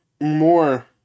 more